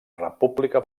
república